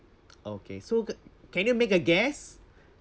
okay so ca~ can you make a guess